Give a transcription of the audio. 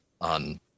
on